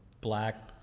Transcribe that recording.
black